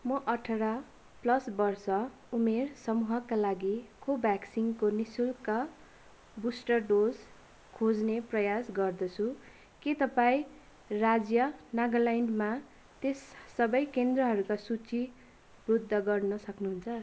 म अठार पल्स वर्ष उमेर समूहका लागि कोभ्याक्सिनको नि शुल्क बुस्टर डोज खोज्ने प्रयास गर्दछु के तपाईँँ राज्य नागाल्यान्डमा त्यस सबै केन्द्रहरूका सूचीबद्ध गर्न सक्नुहुन्छ